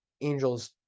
Angels